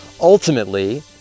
ultimately